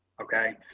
okay.